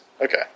okay